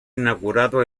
inaugurado